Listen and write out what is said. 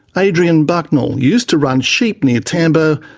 adrian bucknell used to run sheep near tambo,